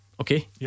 Okay